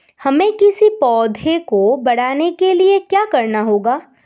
हमें किसी पौधे को बढ़ाने के लिये क्या करना होगा?